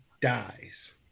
dies